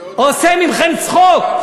עושה מכם צחוק.